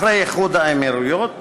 אחרי איחוד האמירויות